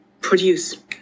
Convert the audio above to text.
produce